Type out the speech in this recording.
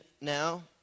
now